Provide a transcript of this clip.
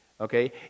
okay